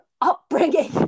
Upbringing